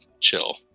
chill